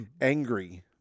angry